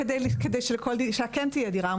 כדי שלכל אישה כן תהיה דירה.